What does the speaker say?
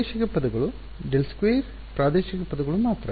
ಪ್ರಾದೇಶಿಕ ಪದಗಳು ∇2 ಪ್ರಾದೇಶಿಕ ಪದಗಳು ಮಾತ್ರ